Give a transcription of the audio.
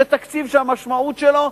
זה תקציב שהמשמעות שלו,